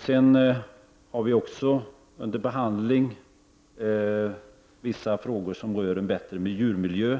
som är under behandling i den forskningspolitiska propositionen är vissa frågor som rör en bättre djurmiljö.